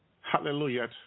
Hallelujah